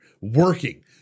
working